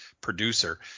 producer